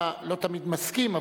לא תמיד מסכים,